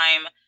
time